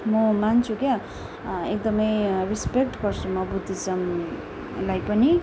म मान्छु क्या एकदमै रेसपेक्ट गर्छु म बुद्धिज्मलाई पनि